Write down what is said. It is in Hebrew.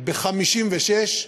ב-1956,